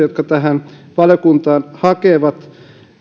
jotka tähän valiokuntaan hakevat on taustat kunnossa